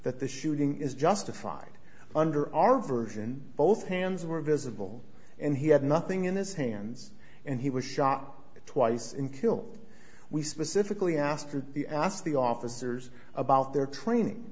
that the shooting is justified under our version both hands were visible and he had nothing in his hands and he was shot twice in kill we specifically asked to be asked the officers about their training